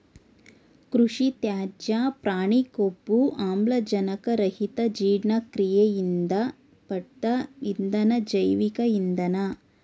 ಕೃಷಿತ್ಯಾಜ್ಯ ಪ್ರಾಣಿಕೊಬ್ಬು ಆಮ್ಲಜನಕರಹಿತಜೀರ್ಣಕ್ರಿಯೆಯಿಂದ ಪಡ್ದ ಇಂಧನ ಜೈವಿಕ ಇಂಧನ